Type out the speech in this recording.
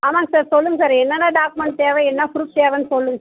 அதுதாங்க சார் சொல்லுங்கள் சார் என்னென்னா டாக்குமெண்ட் தேவை என்ன ப்ரூஃப் தேவைன்னு சொல்லுங்கள்